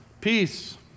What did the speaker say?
Peace